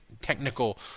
technical